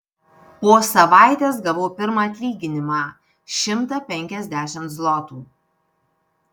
po savaitės gavau pirmą atlyginimą šimtą penkiasdešimt zlotų